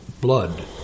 blood